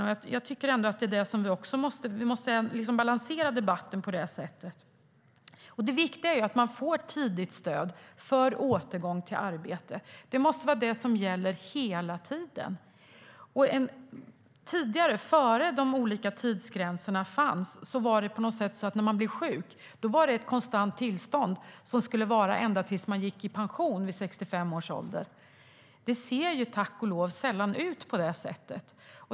Och jag tycker att vi måste balansera debatten på det sättet. Innan de olika tidsgränserna fanns var sjukdom ett konstant tillstånd som skulle vara ända tills man gick i pension vid 65 års ålder. Tack och lov ser det sällan ut på det sättet.